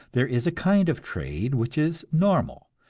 there is a kind of trade which is normal,